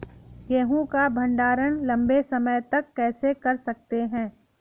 गेहूँ का भण्डारण लंबे समय तक कैसे कर सकते हैं?